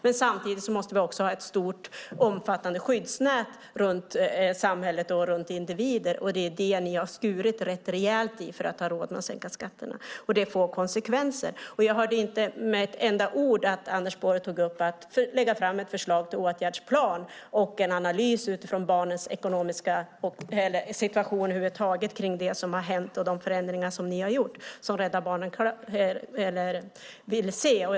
Men samtidigt måste vi ha ett omfattande skyddsnät runt samhället och individerna, och det är det ni har skurit rätt rejält i för att ha råd att sänka skatterna. Det får konsekvenser. Jag hörde inte att Anders Borg sade ett enda ord om att lägga fram ett förslag till åtgärdsplan och en analys utifrån barnens situation kring det som har hänt och de förändringar som ni har vidtagit, vilket Rädda Barnen vill se.